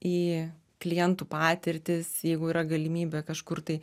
į klientų patirtis jeigu yra galimybė kažkur tai